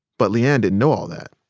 but le-ann didn't know all that.